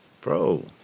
bro